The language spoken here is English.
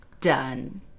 Done